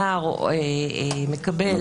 הנער מקבל,